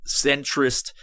centrist